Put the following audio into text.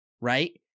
right